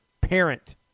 parent